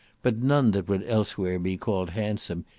but none that would elsewhere be called handsome,